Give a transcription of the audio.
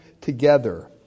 together